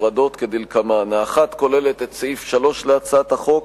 נפרדות כדלקמן: האחת כוללת את סעיף 3 להצעת החוק